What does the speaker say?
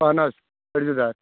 اہن حظ خٔریٖدار